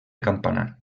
campanar